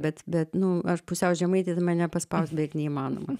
bet bet nu aš pusiau žemaitė tai mane paspaust beveik neįmanoma